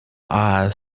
eyes